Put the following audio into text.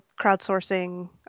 crowdsourcing